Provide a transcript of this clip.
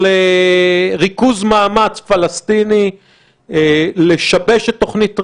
לריכוז מאמץ פלסטיני לשבש את תוכנית טראמפ,